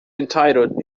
entitled